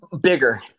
bigger